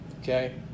Okay